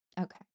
Okay